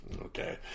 Okay